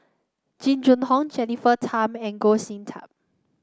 Jing Jun Hong Jennifer Tham and Goh Sin Tub